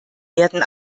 werden